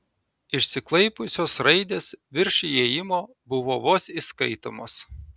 išsiklaipiusios raidės virš įėjimo buvo vos įskaitomos